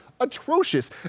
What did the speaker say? atrocious